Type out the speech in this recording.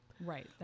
Right